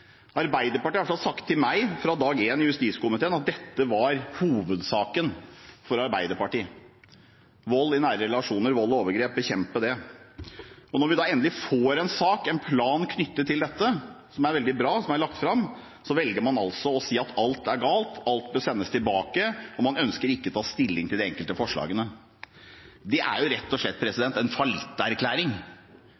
Arbeiderpartiet har iallfall sagt til meg – fra dag én i justiskomiteen – at dette var hovedsaken for Arbeiderpartiet, å bekjempe vold i nære relasjoner, vold og overgrep. Og når vi endelig får en sak, en plan, knyttet til dette, som er veldig bra, og som er lagt fram, så velger man altså å si at alt er galt, at alt bør sendes tilbake, og man ønsker ikke å ta stilling til de enkelte forslagene. Det er jo rett og slett